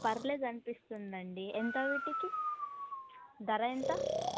పర్లేదునిపిస్తుందండి ఎంత విటికి ధర ఎంత